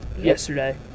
Yesterday